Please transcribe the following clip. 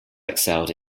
excelled